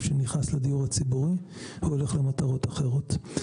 שנכנס לדיור הציבורי והולך למטרות אחרות.